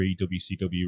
WCW